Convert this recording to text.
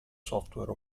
software